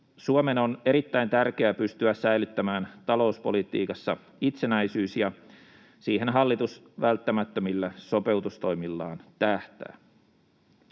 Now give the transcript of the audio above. Suomen on erittäin tärkeää pystyä säilyttämään talouspolitiikassa itsenäisyys, ja siihen hallitus välttämättömillä sopeutustoimillaan tähtää.